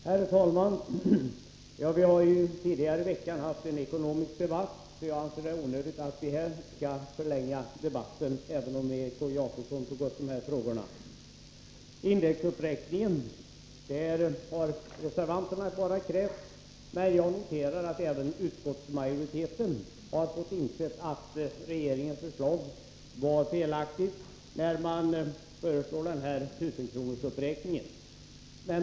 Herr talman! Vi har tidigare i veckan haft en ekonomisk debatt, så jag anser det onödigt att förlänga den här debatten med sådana frågor, även om Egon Jacobsson tog upp dem. Indexuppräkning har bara reservanterna krävt, men jag noterar att även majoriteten nu inser att regeringens förslag var felaktigt och föreslår en 1 000-kronorsuppräkning.